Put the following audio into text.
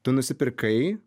tu nusipirkai